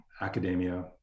academia